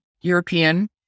european